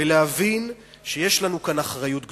ולהבין שיש לנו כאן אחריות גדולה,